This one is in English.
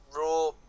raw